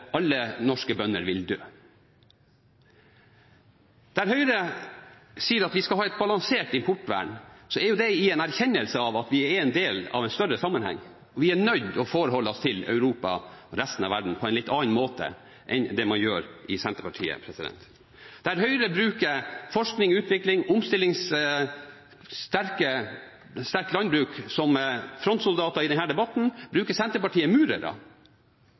vi er en del av en større sammenheng. Vi er nødt til å forholde oss til Europa og resten av verden på en litt annen måte enn det man gjør i Senterpartiet. Der Høyre bruker forskning, utvikling og et sterkt landbruk som frontsoldater i denne debatten, bruker Senterpartiet